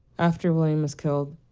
after william was killed,